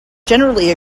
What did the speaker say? generally